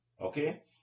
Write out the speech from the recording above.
okay